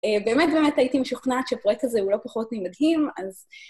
באמת, באמת, הייתי משוכנעת שפרויקט הזה הוא לא פחות ממדהים, אז...